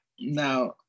Now